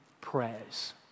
prayers